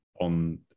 on